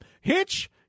Hitch